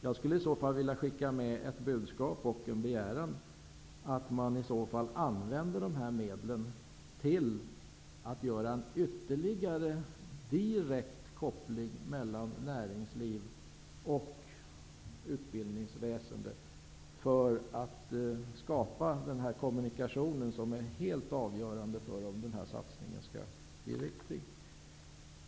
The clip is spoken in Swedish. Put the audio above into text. Jag skulle vilja skicka med ett budskap och en begäran att man använder dessa medel till att göra ytterligare en direkt koppling mellan näringsliv och utbildningsväsende, för att skapa den kommunikation som är helt avgörande för om satsningen skall bli riktig.